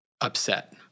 upset